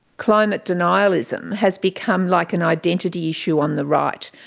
climate denialism has become like an identity issue on the right.